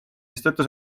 mistõttu